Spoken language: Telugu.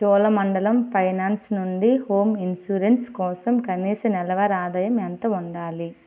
చోళమండలం ఫైనాన్స్ నుండి హోమ్ ఇన్సూరెన్స్ కోసం కనీస నెలవారి ఆదాయం ఎంత ఉండాలి